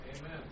Amen